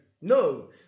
No